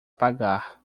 pagar